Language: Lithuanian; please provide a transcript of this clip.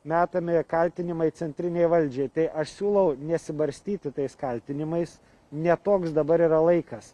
metami kaltinimai centrinei valdžiai tai aš siūlau nesibarstyti tais kaltinimais ne toks dabar yra laikas